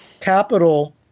capital